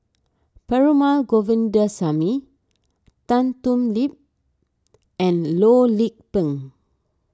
Perumal Govindaswamy Tan Thoon Lip and Loh Lik Peng